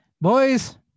Boys